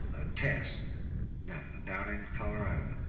test down in colorado,